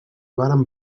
varen